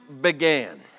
began